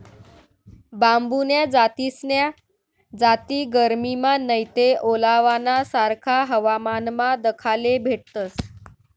बांबून्या जास्तीन्या जाती गरमीमा नैते ओलावाना सारखा हवामानमा दखाले भेटतस